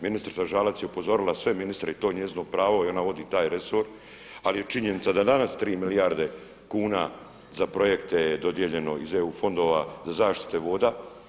Ministrica Žalac je upozorila sve ministre i to je njezino pravo i ona vodi taj resor, ali je činjenica da danas tri milijarde kuna za projekte je dodijeljeno iz eu fondova za zaštitu voda.